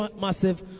massive